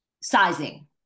sizing